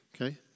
Okay